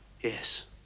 Yes